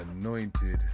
anointed